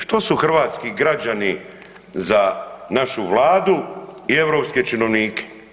Što su hrvatski građani za našu Vladu i europske činovnike?